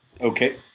Okay